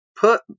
put